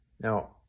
Now